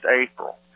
April